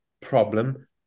problem